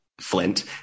flint